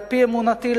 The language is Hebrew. על-פי אמונתי,